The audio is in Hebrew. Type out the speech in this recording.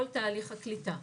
כל תהליך הקליטה,